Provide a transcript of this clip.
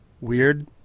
weird